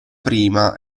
prima